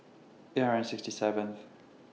eight hundred sixty seventh